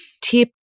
tip